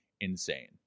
insane